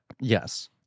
Yes